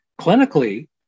Clinically